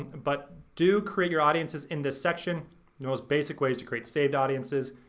but do create your audiences in this section. the most basic ways to create saved audiences.